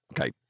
okay